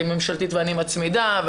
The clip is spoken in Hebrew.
הצעה ממשלתית ואני מצמידה את שלי,